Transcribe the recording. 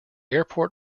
airport